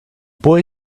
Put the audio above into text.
boy